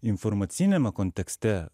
informaciniame kontekste